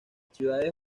ciudades